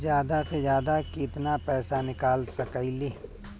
जादा से जादा कितना पैसा निकाल सकईले?